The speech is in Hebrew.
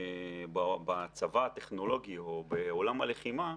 בצבא הטכנולוגי או בעולם הלחימה,